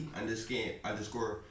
underscore